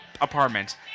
apartment